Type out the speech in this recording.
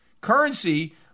Currency